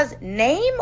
name